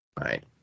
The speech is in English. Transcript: Right